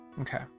Okay